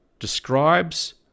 Describes